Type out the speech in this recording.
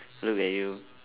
look at you